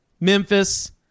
Memphis